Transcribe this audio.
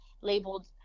labeled